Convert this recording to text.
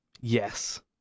Yes